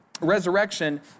resurrection